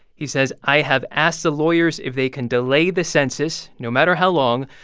he says, i have asked the lawyers if they can delay the census, no matter how long,